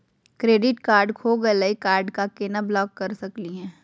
Credit card खो गैली, card क केना ब्लॉक कर सकली हे?